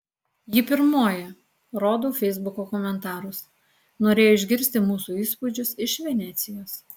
ji pirmoji rodau feisbuko komentarus norėjo išgirsti mūsų įspūdžius iš venecijos